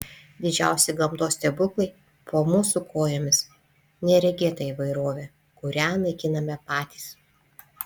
didžiausi gamtos stebuklai po mūsų kojomis neregėta įvairovė kurią naikiname patys